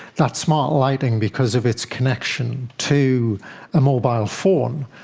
that smart lighting, because of its connection to a mobile phone,